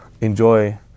Enjoy